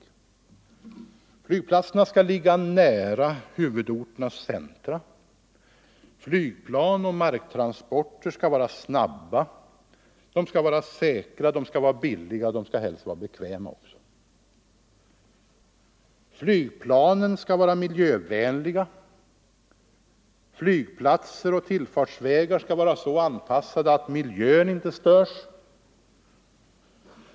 Man kräver att flygplatserna skall ligga — flygplats nära huvudorternas centra. Flygplan och marktransporter skall vara snabba, säkra, billiga och helst också bekväma. Flygplatser, tillfartsvägar och flygplan skall vara så anpassade att miljön inte störs.